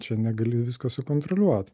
čia negali visko sukontroliuot